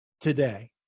today